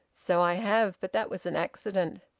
so i have, but that was an accident.